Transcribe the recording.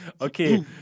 okay